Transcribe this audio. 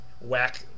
whack